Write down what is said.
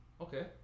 Okay